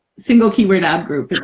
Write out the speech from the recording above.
single keyword ad group.